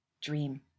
dream